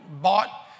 bought